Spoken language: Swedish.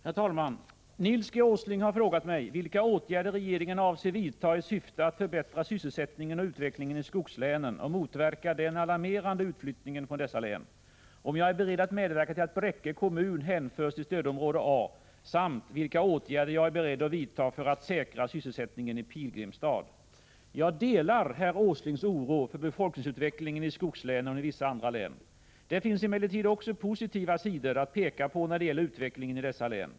Herr talman! Nils G. Åsling har frågat mig vilka åtgärder regeringen avser vidta i syfte att förbättra sysselsättningen och utvecklingen i skogslänen och motverka den alarmerande utflyttningen från dessa län, om jag är beredd att medverka till att Bräcke kommun hänförs till stödområde A samt vilka åtgärder jag är beredd att vidta för att säkra sysselsättningen i Pilgrimstad. Jag delar Nils G. Åslings oro för befolkningsutvecklingen i skogslänen och i vissa andra län. Det finns emellertid också positiva sidor att peka på när det gäller utvecklingen i dessa län.